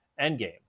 Endgame